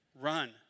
Run